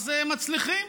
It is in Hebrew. אז מצליחים.